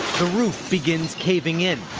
the roof begins caving in